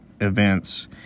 events